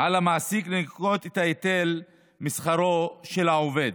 על המעסיק לנכות את ההיטל משכרו של העובד.